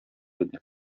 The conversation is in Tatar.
иде